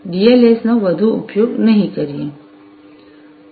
DSL નો અર્થ digital subscriber line છે